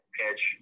pitch